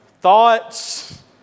thoughts